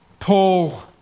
Paul